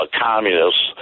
communists